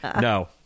No